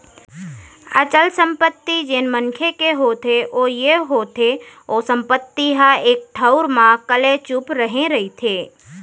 अचल संपत्ति जेन मनखे के होथे ओ ये होथे ओ संपत्ति ह एक ठउर म कलेचुप रहें रहिथे